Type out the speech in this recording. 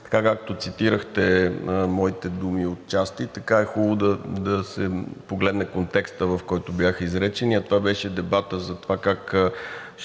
така, както цитирахте моите думи отчасти, така е хубаво да се погледне контекстът, в който бяха изречени,